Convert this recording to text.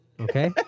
Okay